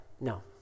No